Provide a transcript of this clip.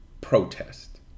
protest